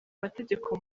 mategeko